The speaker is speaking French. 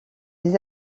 des